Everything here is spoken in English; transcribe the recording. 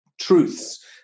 truths